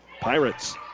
Pirates